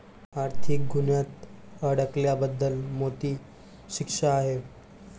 आर्थिक गुन्ह्यात अडकल्याबद्दल मोठी शिक्षा आहे